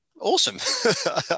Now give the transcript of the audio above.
awesome